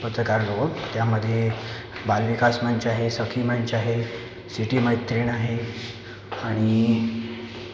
पत्रकार लोक त्यामध्ये बालविकास मंच आहे सखी मंच आहे सिटीमैत्रीण आहे आणि